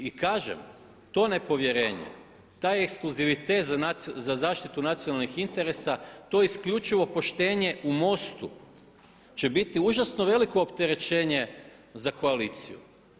I kažem to nepovjerenje, taj ekskluzivitet za zaštitu nacionalnih interesa, to isključivo poštenje u MOST-u će biti užasno veliko opterećenje za koaliciju.